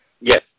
Yes